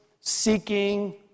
seeking